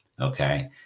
Okay